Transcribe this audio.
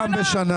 והוא ענה.